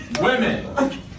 Women